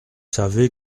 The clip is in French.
savez